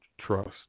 trust